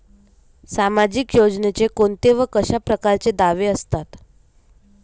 सामाजिक योजनेचे कोंते व कशा परकारचे दावे असतात?